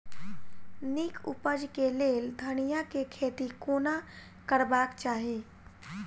नीक उपज केँ लेल धनिया केँ खेती कोना करबाक चाहि?